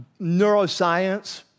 neuroscience